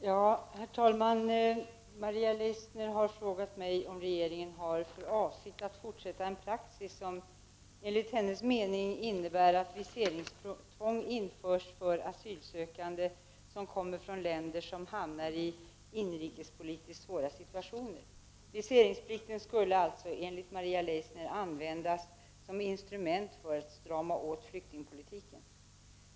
Herr talman! Maria Leissner har frågat mig om regeringen har för avsikt att fortsätta en praxis, som enligt hennes mening innebär att viseringstvång införs för asylsökande som kommer från länder som hamnar i inrikespolitiskt svåra situationer. Viseringsplikten skulle alltså enligt Maria Leissner användas som instrument för att strama åt flyktingpolitiken.